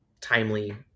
timely